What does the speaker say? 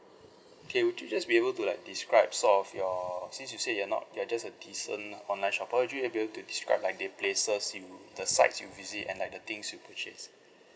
okay would you just be able to like describe sort of your since you said you're not you're just a decent online shopper would you be able to describe like the places you the sites you visit and like the things you purchase